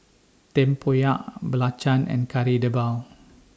Tempoyak Belacan and Kari Debal